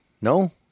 No